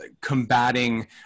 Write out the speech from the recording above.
combating